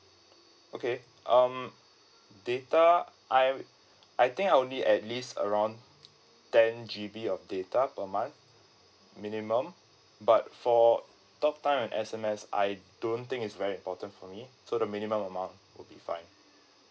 okay um data I'll I think I'll need at least around ten G_B of data per month minimum but for talk time and S_M_S I don't think it's very important for me so the minimum amount would be fine